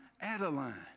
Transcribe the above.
Adeline